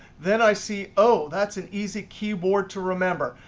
then i see, oh, that's an easy keyboard to remember.